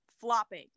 flopping